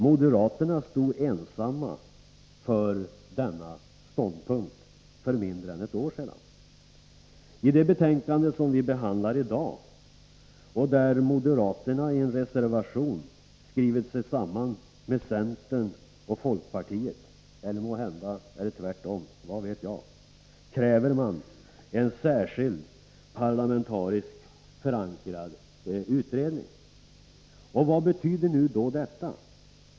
Moderaterna stod ensamma för denna ståndpunkt för mindre än ett år sedan. I det betänkande som vi behandlar i dag, där moderaterna i en reservation skriver sig samman med centern och folkpartiet — eller måhända är det tvärtom, vad vet jag — kräver man en särskild parlamentariskt förankrad utredning. Vad betyder nu detta?